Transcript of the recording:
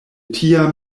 tiam